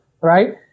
right